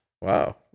Wow